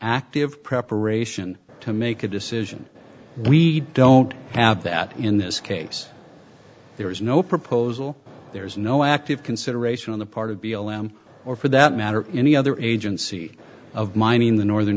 active preparation to make a decision we don't have that in this case there is no proposal there is no active consideration on the part of be a lamb or for that matter any other agency of mine in the northern